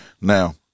Now